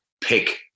pick